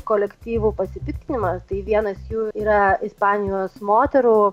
kolektyvų pasipiktinimą tai vienas jų yra ispanijos moterų